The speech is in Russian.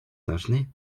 должны